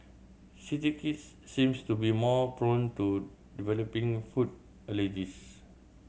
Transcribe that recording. city kids seems to be more prone to developing food allergies